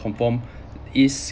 conformist